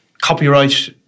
copyright